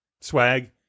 swag